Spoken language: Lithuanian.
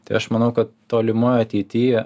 tai aš manau kad tolimoj ateity